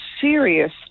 serious